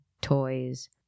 toys